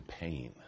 pain